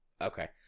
Okay